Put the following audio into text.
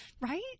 Right